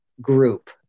group